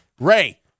Ray